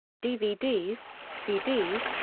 dvds, cds,